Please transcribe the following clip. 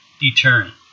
deterrent